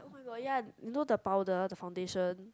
oh my god ya you know the powder the foundation